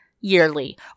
yearly